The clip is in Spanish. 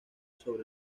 sobre